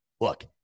look